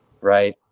right